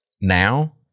Now